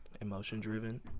emotion-driven